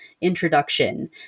introduction